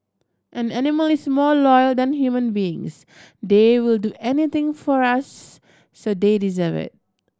an animal is more loyal than human beings they will do anything for us so they deserve it